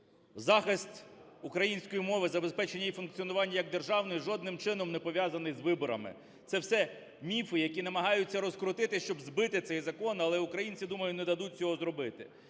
Захист української мови, забезпечення її функціонування як державної жодним чином не пов'язано із виборами. Це все міфи, які намагаються розкрутити, щоб збити цей закон, але українці, я думаю, не дадуть цього зробити.